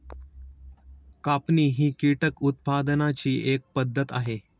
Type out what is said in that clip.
कापणी ही कीटक उत्पादनाची एक पद्धत आहे